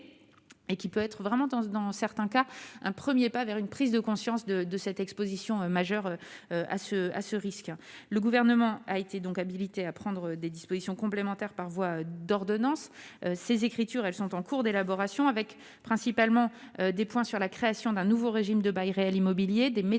et qui peut être vraiment dans ce dans certains cas un 1er pas vers une prise de conscience de de cette Exposition majeure à ce à ce risque, le gouvernement a été donc habilité à prendre des dispositions complémentaires par voie d'ordonnance ces écritures, elles sont en cours d'élaboration avec principalement des points sur la création d'un nouveau régime de bail réel immobilier des méthodes